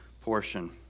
portion